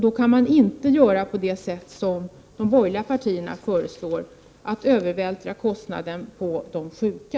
Då kan vi inte göra som de borgerliga partierna föreslår — övervältra kostnaderna på de sjuka.